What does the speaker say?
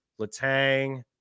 Letang